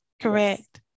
correct